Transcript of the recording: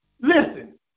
listen